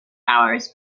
hours